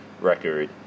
record